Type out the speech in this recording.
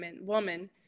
woman